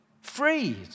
Freed